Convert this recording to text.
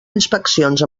inspeccions